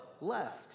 left